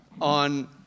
on